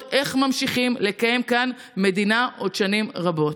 איך ממשיכים לקיים כאן מדינה עוד שנים רבות.